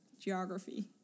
geography